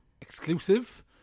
exclusive